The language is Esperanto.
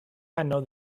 ano